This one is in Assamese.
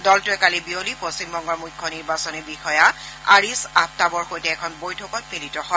দলটোৱে কালি বিয়লি পশ্চিমবংগৰ মুখ্য নিৰ্বাচনী বিষয়া আৰিছ আফতাবৰ সৈতে এখন বৈঠকত মিলিত হয়